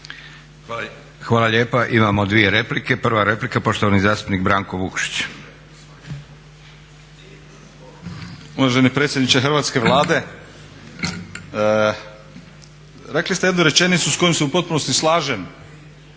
Hvala lijepa. Imamo dvije replika. Prva replika poštovani zastupnik Branko Vukšić. **Vukšić, Branko (Nezavisni)** Uvaženi predsjedniče hrvatske Vlade, rekli ste jednu rečenicu s kojom se u potpunosti slažem,